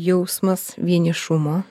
jausmas vienišumo